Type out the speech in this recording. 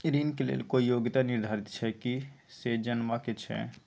ऋण के लेल कोई योग्यता निर्धारित छै की से जनबा के छै?